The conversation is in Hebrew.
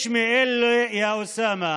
יא אוסאמה,